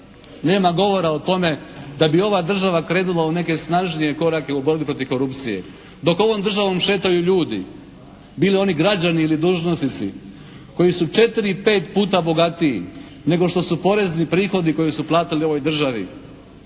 nema govora o tome da bi ova država krenula u neke snažnije korake u borbi protiv korupcije. Dok ovom državom šetaju ljudi bili oni građani ili dužnosnici koji su 4, 5 puta bogatiji nego što su porezni prihodi koje su platili ovoj državi.